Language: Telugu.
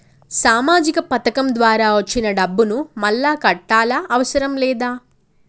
సామాజిక పథకం ద్వారా వచ్చిన డబ్బును మళ్ళా కట్టాలా అవసరం లేదా?